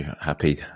happy